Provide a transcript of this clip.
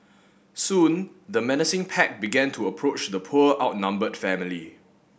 soon the menacing pack began to approach the poor outnumbered family